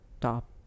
top